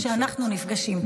שאנחנו נפגשים פה.